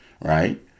right